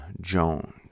Jones